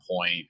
point